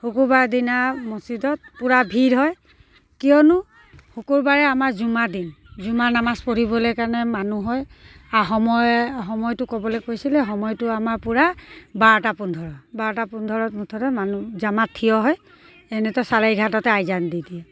শুকুৰবাৰ দিনা মছজিদত পূৰা ভিৰ হয় কিয়নো শুকুৰবাৰে আমাৰ জুমা দিন জুমা নামাজ পঢ়িবলৈ কাৰণে মানুহ হয় আৰু সময় সময়টো ক'বলৈ কৈছিলে সময়টো আমাৰ পূৰা বাৰটা পোন্ধৰ বাৰটা পোন্ধৰত মুঠতে মানুহ জামা থিয় হয় এনেইতো চাৰে এঘাৰটাতে আজান দি দিয়ে